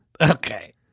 Okay